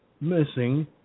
missing